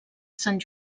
sant